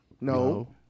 No